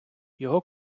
його